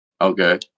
Okay